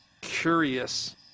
curious